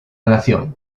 relación